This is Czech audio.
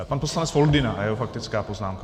Pan poslanec Foldyna a jeho faktická poznámka.